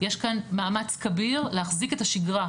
יש כאן מאמץ כביר להחזיק את השגרה,